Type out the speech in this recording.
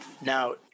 Now